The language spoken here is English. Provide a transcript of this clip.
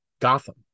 Gotham